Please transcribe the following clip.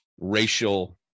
racial